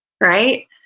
Right